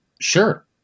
sure